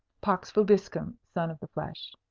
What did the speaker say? pax vobiscum, son of the flesh.